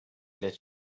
letter